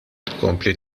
tkompli